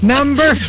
Number